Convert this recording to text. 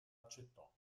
accettò